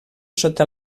sota